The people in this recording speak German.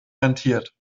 rentiert